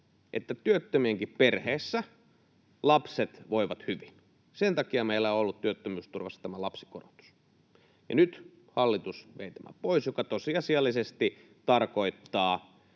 että työttömienkin perheissä lapset voivat hyvin. Sen takia meillä on ollut työttömyysturvassa tämä lapsikorotus. Nyt hallitus vei tämän pois, mikä tosiasiallisesti tarkoittaa